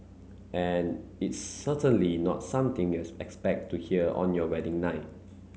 and it's certainly not something you'd expect to hear on your wedding night